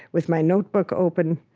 with my notebook open,